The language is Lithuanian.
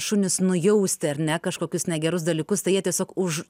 šunys nujausti ar ne kažkokius negerus dalykus tai jie tiesiog už